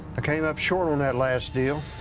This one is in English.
ah came up short on that last deal.